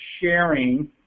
sharing